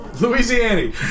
Louisiana